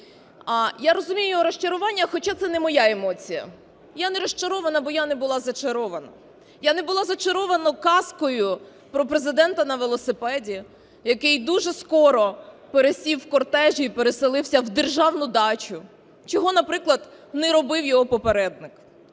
Я розумію розчарування, хоча це не моя емоція, я не розчарована, бо я не була зачарована. Я не була зачарована казкою про Президента на велосипеді, який дуже скоро пересів в кортежі і переселився в державну дачу. Чого, наприклад, не робив його попередник,